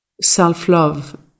self-love